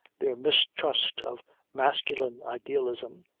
their mistrust of masculine idealism,